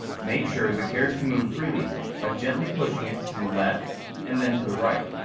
make sure the carriage can move freely by gently pushing it to the left and then to the right.